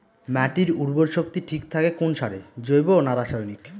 মাটির উর্বর শক্তি ঠিক থাকে কোন সারে জৈব না রাসায়নিক?